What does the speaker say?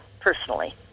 personally